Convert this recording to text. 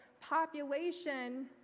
population